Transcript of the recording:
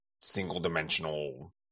single-dimensional